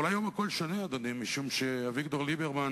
אבל היום הכול שונה, אדוני, משום שאביגדור ליברמן